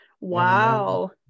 Wow